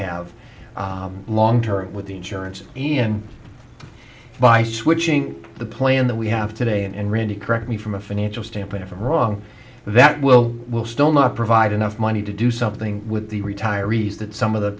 have long term with the insurance and by switching the plan that we have today and randy correct me from a financial standpoint if i'm wrong that will will still not provide enough money to do something with the retirees that some of the